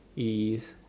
is